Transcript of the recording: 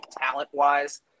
talent-wise